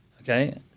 okay